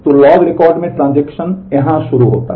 तो log record में transaction यहां शुरू होता है